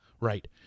right